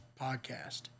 podcast